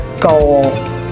goal